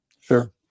Sure